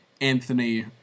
Anthony